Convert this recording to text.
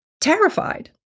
terrified